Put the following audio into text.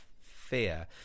fear